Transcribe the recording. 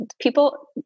people